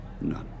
None